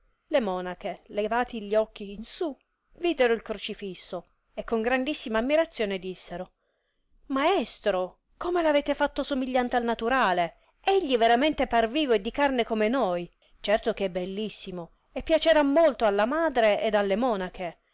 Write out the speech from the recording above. le monache levati gli occhi in su videro il crocefisso e con grandissima ammirazione dissero maestro come l'avete fatto somigliante al naturale egli veramente par vivo e di carne come noi certo che è bellissimo e piacerà molto alla madre ed alle monache